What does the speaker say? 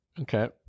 Okay